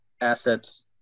assets